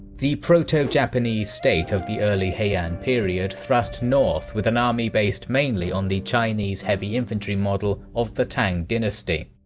the proto-japanese state of the early-heian period thrust north with an army based mainly on the chinese heavy infantry model of the tang dynasty.